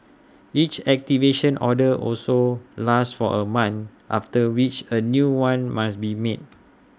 each activation order also lasts for A month after which A new one must be made